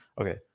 Okay